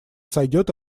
сойдёт